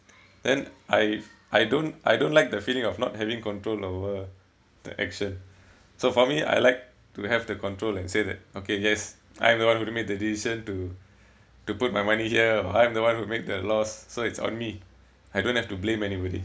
then I I don't I don't like the feeling of not having control over the action so for me I like to have the control and say that okay yes I'm the one who made the decision to to put my money here I'm the one who made the loss so it's on me I don't have to blame anybody